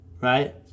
right